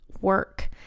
work